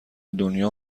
دنیا